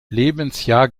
lebensjahr